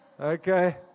Okay